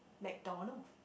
McDonald